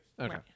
Okay